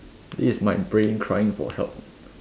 this is my brain crying for help